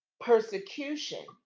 persecution